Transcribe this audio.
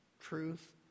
truth